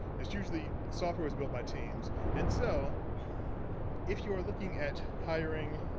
it's usually, software is built by teams, and so if you are looking at hiring,